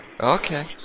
Okay